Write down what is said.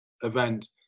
event